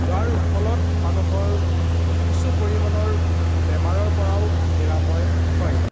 যাৰ ফলত মানুহৰ কিছু পৰিমাণৰ বেমাৰৰ পৰাও নিৰাময় হয়